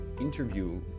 interview